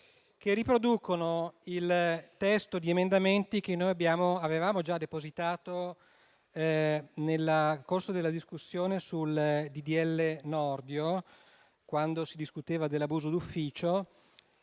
che riproducono il testo di emendamenti che avevamo già depositato nel corso della discussione sul cosiddetto decreto-legge Nordio, quando si discuteva dell'abuso d'ufficio.